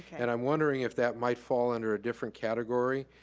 and i'm wondering if that might fall under a different category.